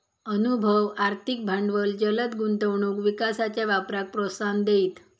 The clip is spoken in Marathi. अनुभव, आर्थिक भांडवल जलद गुंतवणूक विकासाच्या वापराक प्रोत्साहन देईत